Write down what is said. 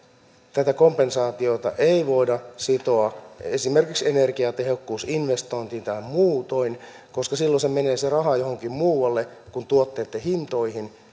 tätä kompensaatiota ei voida sitoa esimerkiksi energiatehokkuusinvestointiin tai muutoin koska silloin se raha menee johonkin muualle kuin tuotteitten hintoihin